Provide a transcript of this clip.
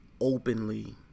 Openly